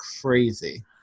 crazy